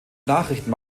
nachrichten